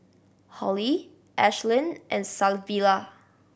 Hollie Ashlyn and Savilla